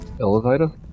elevator